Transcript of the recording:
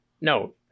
no